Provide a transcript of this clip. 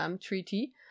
treaty